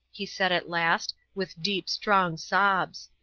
he said, at last, with deep, strong sobs.